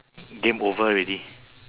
game over already